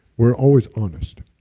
we're always honest,